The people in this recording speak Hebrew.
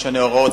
משנה הוראות,